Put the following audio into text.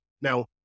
Now